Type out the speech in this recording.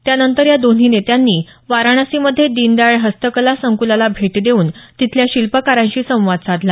त्यानंतर या दोन्ही नेत्यांनी वाराणसीमध्ये दीनदयाळ हस्त कला संकूलाला भेट देऊन तिथल्या शिल्पकारांशी संवाद साधला